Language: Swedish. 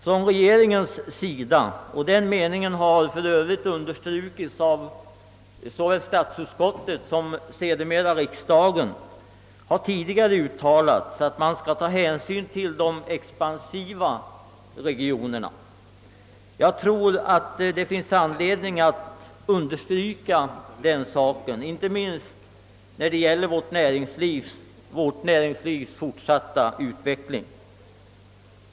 Från regeringens sida har tidigare uttalats att man skall ta hänsyn till de expansiva regionerna, och den meningen har för Övrigt understrukits av såväl statsutskottet som sedermera riksdagen. Jag tror att det finns anledning att ytterligare understryka detta, inte minst när det gäller vårt näringslivs fortsatta utveckling.